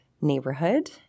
neighborhood